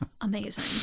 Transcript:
Amazing